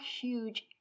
huge